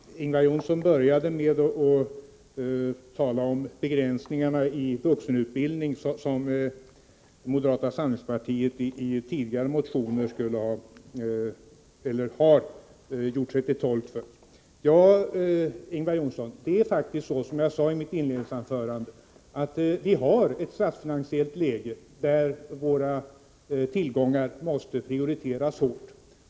Herr talman! Ingvar Johnsson började med att tala om de begränsningar i vuxenutbildningen som moderata samlingspartiet i tidigare motioner har gjort sig till talesman för. Det är faktiskt så, Ingvar Johnsson, som jag sade i mitt inledningsanförande, att det statsfinansiella läget är sådant att våra tillgångar måste prioriteras hårt.